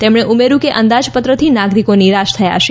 તેમણે ઉમેર્યું કે અંદાજપત્રથી નાગરિકો નિરાશ થયા છે